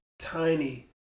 tiny